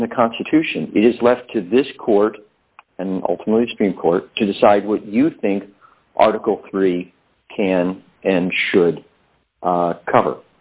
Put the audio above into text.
in the constitution it is left to this court and ultimately supreme court to decide what you think article three can and should cover